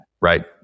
right